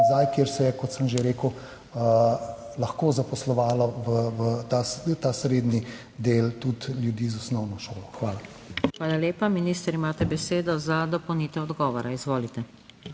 ko se je, kot sem že rekel, lahko zaposlovalo v ta srednji del tudi ljudi z osnovno šolo. Hvala. PODPREDSEDNICA NATAŠA SUKIČ: Hvala lepa. Minister, imate besedo za dopolnitev odgovora. Izvolite.